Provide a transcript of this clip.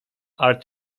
are